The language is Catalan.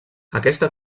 aquesta